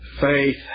Faith